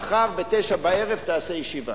מחר ב-21:00 תעשה ישיבה.